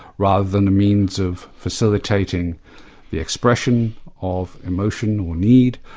rather than a means of facilitating the expression of emotion or need,